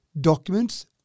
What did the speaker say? documents